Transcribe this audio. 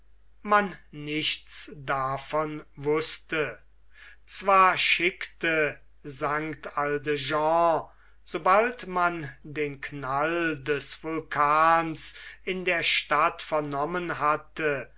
man nichts davon wußte zwar schickte st aldegonde sobald man den knall des vulkans in der stadt vernommen hatte